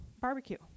barbecue